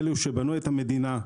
לאלה שבנו את המדינה,